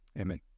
Amen